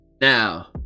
now